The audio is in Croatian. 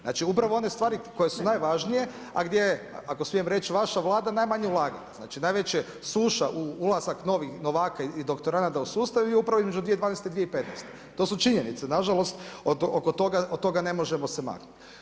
Znači upravo one stvari koje su najvažnije a gdje ako smijem reći, vaša Vlada najmanje ulagala, znači najveća suša ulazak novih novaka i doktoranata u sustav je upravo između 2012. i 2015., to su činjenice nažalost, od toga ne možemo se maknuti.